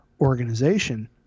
organization